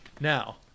Now